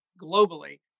globally